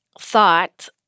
thought